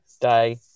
day